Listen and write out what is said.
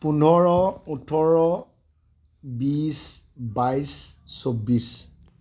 পোন্ধৰ ওঠৰ বিছ বাইছ চৌবিছ